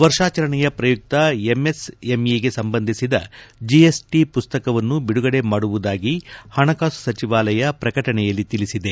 ವರ್ಷಾಚರಣೆಯ ಪ್ರಯುಕ್ತ ಎಂಎಸ್ ಎಂಇಗೆ ಸಂಬಂಧಿಸಿದ ಜಿಎಸ್ಟ ಪುಸ್ತಕವನ್ನು ಬಿಡುಗಡೆ ಮಾಡುವುದಾಗಿ ಹಣಕಾಸು ಸಚಿವಾಲಯ ಪ್ರಕಟಣೆಯಲ್ಲಿ ತಿಳಿಸಿದೆ